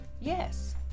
Yes